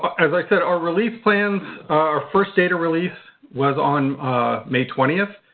as i said, our release plans, our first data release was on may twenty.